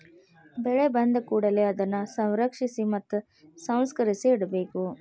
ಬೆಳೆ ಬಂದಕೂಡಲೆ ಅದನ್ನಾ ಸಂರಕ್ಷಿಸಿ ಮತ್ತ ಸಂಸ್ಕರಿಸಿ ಇಡಬೇಕು